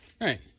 Right